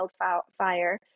wildfire